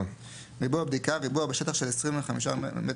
"ריבוע בדיקה" - ריבוע בשטח של 25 מטר